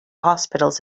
hospitals